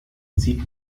sieht